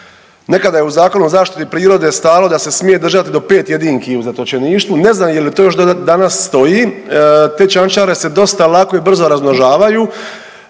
nekada je u Zakonu o zaštiti prirode stajalo da se smije držati do 5 jedinki u zatočeništvu ne znam je li to još danas stoji, te čančare se dosta lako i brzo razmnožavaju